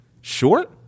short